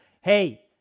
hey